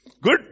Good